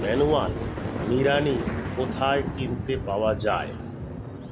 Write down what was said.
Manual নিড়ানি কোথায় কিনতে পাওয়া যায়?